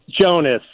Jonas